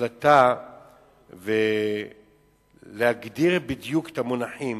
החלטה ולהגדיר בדיוק את המונחים,